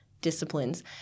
disciplines